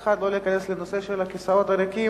אחד לא להיכנס לנושא של הכיסאות הריקים,